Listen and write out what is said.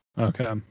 Okay